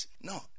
No